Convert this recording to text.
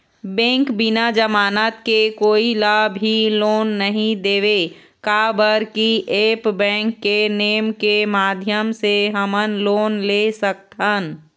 Bank बिना जमानत के कोई ला भी लोन नहीं देवे का बर की ऐप बैंक के नेम के माध्यम से हमन लोन ले सकथन?